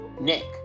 Nick